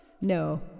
No